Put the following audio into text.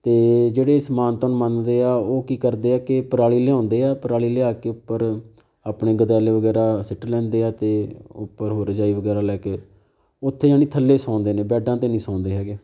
ਅਤੇ ਜਿਹੜੇ ਇਸ ਮਾਨਤਾ ਨੂੰ ਮੰਨਦੇ ਆ ਉਹ ਕੀ ਕਰਦੇ ਆ ਕਿ ਪਰਾਲੀ ਲਿਆਉਂਦੇ ਆ ਪਰਾਲੀ ਲਿਆ ਕੇ ਉੱਪਰ ਆਪਣੇ ਗਦੈਲੇ ਵਗੈਰਾ ਸੁੱਟ ਲੈਂਦੇ ਆ ਅਤੇ ਉੱਪਰ ਉਹ ਰਜਾਈ ਵਗੈਰਾ ਲੈ ਕੇ ਉੱਥੇ ਜਾਣੀ ਥੱਲੇ ਸੌਂਦੇ ਨੇ ਬੈਡਾਂ 'ਤੇ ਨਹੀਂ ਸੌਂਦੇ ਹੈਗੇ